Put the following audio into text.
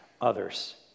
others